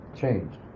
changed